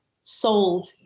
sold